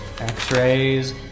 x-rays